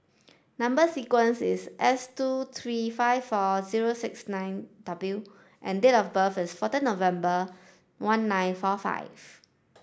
number sequence is S two three five four zero six nine W and date of birth is fourteen November one nine four five